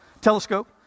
telescope